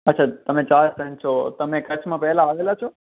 અચ્છા તમે ચાર ફ્રેન્ડ છો તમે કચ્છમાં પહેલાં આવેલા છો